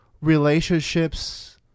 Relationships